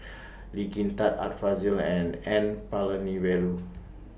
Lee Kin Tat Art Fazil and N Palanivelu